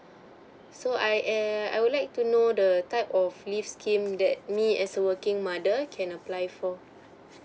so I err I would like to know the type of leave scheme that me as a working mother can apply for